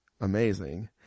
amazing